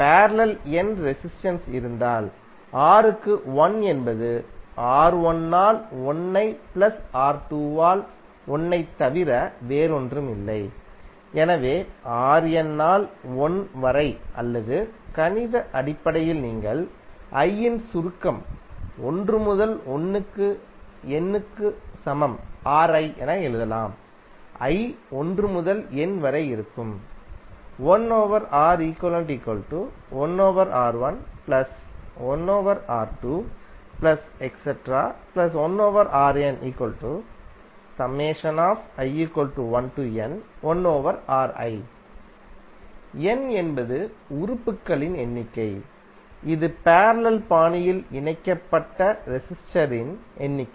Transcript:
parallel n resistance இருந்தால் R க்கு 1 என்பது R1 ஆல் 1 ஐத் ப்ளஸ் R2 ஆல் 1 ஐத் தவிர வேறொன்றுமில்லை எனவே Rn ஆல் 1 வரை அல்லது கணித அடிப்படையில் நீங்கள் i இன் சுருக்கம் 1 முதல் 1 க்கு N க்கு சமம் Ri என எழுதலாம் i 1 முதல் N வரை இருக்கும் N என்பது உறுப்புகளின் எண்ணிக்கை இது பேரலல் பாணியில் இணைக்கப்பட்ட ரெசிஸ்டர்ஸின் எண்ணிக்கை